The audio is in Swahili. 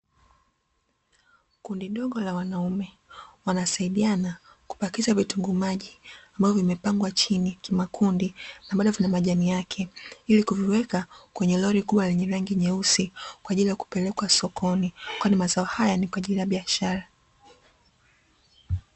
Kundi dogo la wanaume wanasaidiana kupakiza vitunguu maji, ambavyo vimepangwa chini kimakundi na bado vina majani yake, ili kuviweka kwenye lori kubwa lenye rangi nyeusi kwa ajili ya kupelekwa sokoni, kwani mazao haya ni kwa ajili ya biashara.